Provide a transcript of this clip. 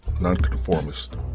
nonconformist